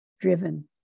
driven